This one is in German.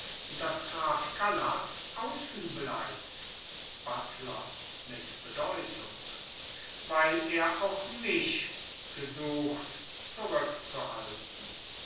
daß graf gallas außenbleibt buttler mit bedeutung weil er auch mich gesucht zurückzuhalten